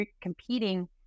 competing